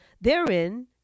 Therein